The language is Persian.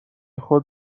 خود